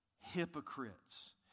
hypocrites